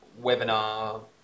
webinar